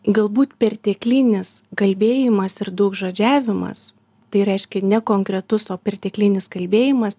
galbūt perteklinis kalbėjimas ir daugžodžiavimas tai reiškia ne konkretus o perteklinis kalbėjimas